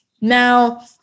now